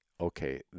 Okay